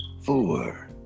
four